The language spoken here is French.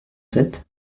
sept